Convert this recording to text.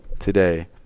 today